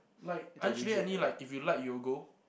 like aren't they any like if you like you will go